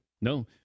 No